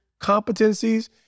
competencies